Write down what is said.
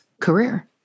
career